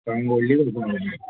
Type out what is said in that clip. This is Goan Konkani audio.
सांगोली कोण